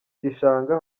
gishanga